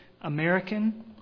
American